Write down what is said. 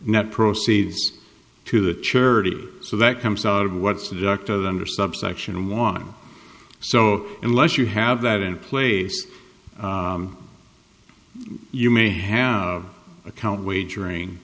net proceeds to the charity so that comes out of what's a doctor that under subsection one so unless you have that in place you may have account wagering